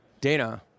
Dana